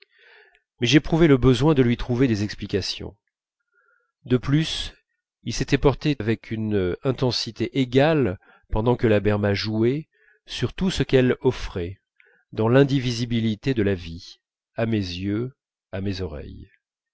mais j'éprouvais le besoin de lui trouver des explications de plus il s'était porté avec une intensité égale pendant que la berma jouait sur tout ce qu'elle offrait dans l'indivisibilité de la vie à mes yeux à mes oreilles